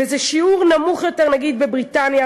וזה שיעור נמוך יותר נגיד בבריטניה,